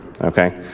Okay